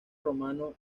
romano